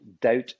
doubt